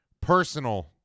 personal